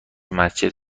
مسجد